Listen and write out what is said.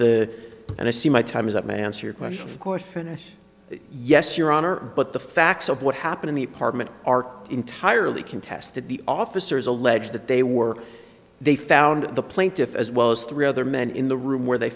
the and i see my time is up mansur question of course and yes your honor but the facts of what happened in the apartment are entirely contested the officers allege that they were they found the plaintiffs as well as three other men in the room where they